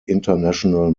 international